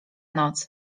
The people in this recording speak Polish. noc